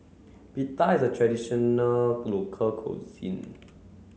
Pita is a traditional local cuisine